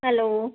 hello